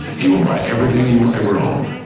he will buy everything you will ever own.